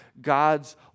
God's